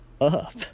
up